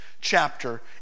chapter